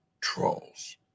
trolls